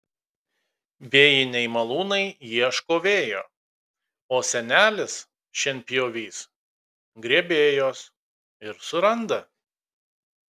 vėjiniai malūnai ieško vėjo o senelis šienpjovys grėbėjos ir suranda